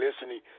listening